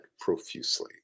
profusely